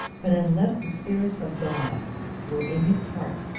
but unless the spirit of god were in his heart,